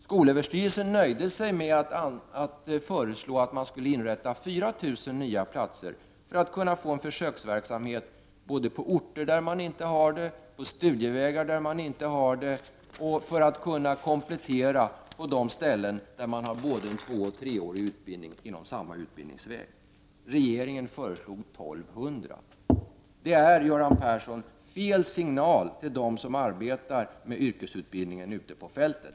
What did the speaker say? Skolöverstyrelsen nöjde sig med att föreslå att 4 000 nya platser skulle inrättas, detta för att kunna få en försöksverksamhet på orter och studievägar som saknar sådan och för att kunna komplettera på de platser där det finns både tvåoch treårig utbildning inom samma utbildningsväg. Regeringen föreslog 1200 platser. Detta är, Göran Persson, fel signal till dem som arbetar med yrkesutbildningen ute på fältet.